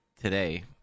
today